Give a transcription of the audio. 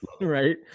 Right